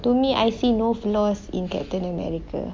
to me I see no flaws in captain america